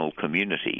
community